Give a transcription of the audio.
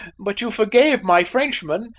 but you forgave my frenchman,